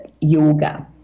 yoga